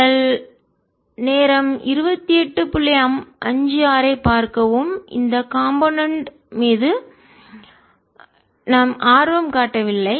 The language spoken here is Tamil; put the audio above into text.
நீங்கள் நேரம் 2856 ஐப் பார்க்கவும் இந்த காம்போனென்ட் கூறு மீது ஆர்வம் காட்டவில்லை